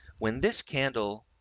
when this candle